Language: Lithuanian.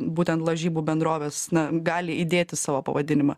būtent lažybų bendrovės na gali įdėti savo pavadinimą